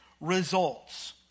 results